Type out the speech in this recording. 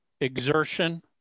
exertion